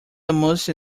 almost